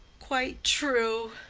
quite true.